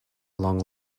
long